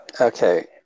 Okay